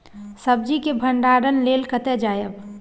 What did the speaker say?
सब्जी के भंडारणक लेल कतय जायब?